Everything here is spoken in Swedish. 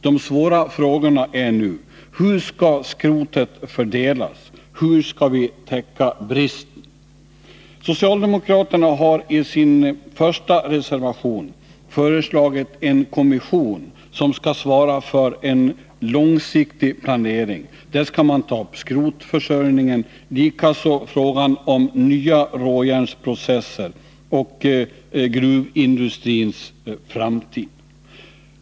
De svåra frågorna är nu: Hur skall skrotet fördelas? Hur skall vi täcka bristen? Socialdemokraterna har i sin första reservation föreslagit tillsättande av en kommission som skall svara för långsiktig planering. Där skall man ta upp frågan om skrotförsörjningen, likaså frågan om nya råjärnsprocesser och frågan om gruvindustrins framtid.